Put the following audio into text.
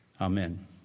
Amen